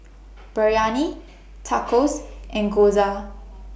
Biryani Tacos and Gyoza